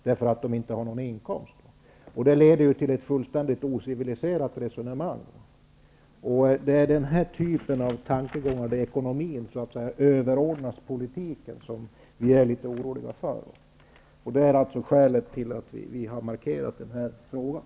De har ju ingen inkomst. Detta leder till ett fullständigt ociviliserat resonemang. Det är den här typen av tankegångar, där ekonomin så att säga överordnas politiken, som vi är litet oroliga för. Det är skälet till att vi har markerat den här frågan.